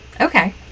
Okay